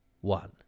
one